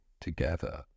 together